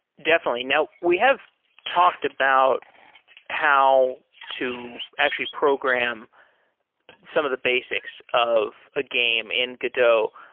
definitely. now, we have talked about how to actually program some of the basics of a game in godot.